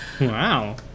Wow